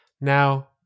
Now